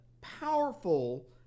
powerful